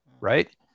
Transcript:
Right